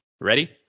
Ready